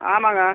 ஆமாங்க